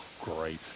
great